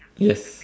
yes